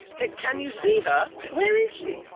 can you see her? where is she?